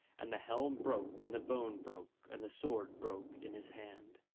and the helm broke and the bone broke and the sword broke in his hand.